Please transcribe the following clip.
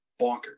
bonkers